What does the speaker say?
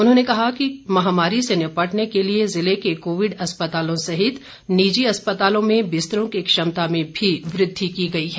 उन्होंने कहा कि महामारी से निपटने के लिए ज़िले के कोविड अस्पतालों सहित निजी अस्पतालों में बिस्तरों की क्षमता में भी वृद्धि की गई है